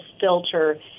filter